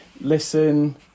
listen